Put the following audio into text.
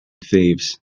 thieves